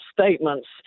statements